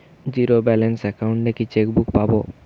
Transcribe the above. Zero balance account এ কি chequebook পাব?